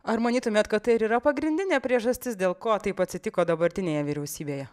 ar manytumėt kad tai ir yra pagrindinė priežastis dėl ko taip atsitiko dabartinėje vyriausybėje